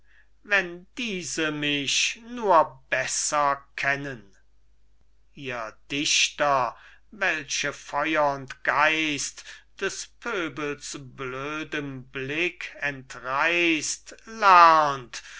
wenn diese mich nur besser kennen ihr dichter welche feur und geist des pöbels blödem blick entreißt lernt